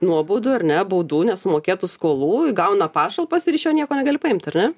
nuobaudų ar ne baudų nesumokėtų skolų i gauna pašalpas ir iš jo nieko negali paimt ar ne